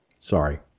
Sorry